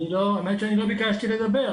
האמת שאני לא ביקשתי לדבר.